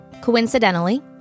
Coincidentally